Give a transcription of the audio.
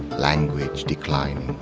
language declining,